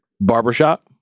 Barbershop